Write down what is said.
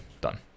Done